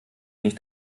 nicht